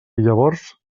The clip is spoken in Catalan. llavors